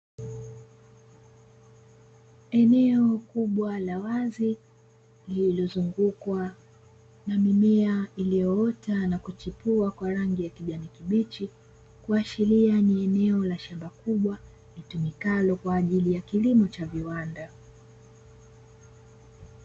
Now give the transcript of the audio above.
Eneo kubwa la wazi, lililozungukwa na mimea iliyoota na kuchipua kwa rangi ya kijani kibichi, kuashiria ni eneo la shamba kubwa litumikalo kwa ajili ya kilimo cha viwanda.